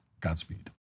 Godspeed